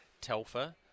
Telfer